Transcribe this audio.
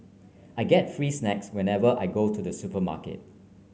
I get free snacks whenever I go to the supermarket